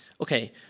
okay